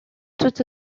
tout